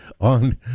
on